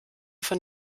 von